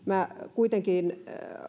kuitenkin